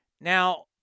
Now